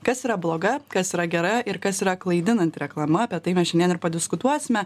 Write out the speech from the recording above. kas yra bloga kas yra gera ir kas yra klaidinanti reklama apie tai mes šiandien ir padiskutuosime